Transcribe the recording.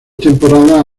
temporadas